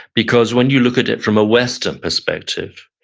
because when you look at it from a western perspective,